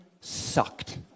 sucked